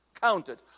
Counted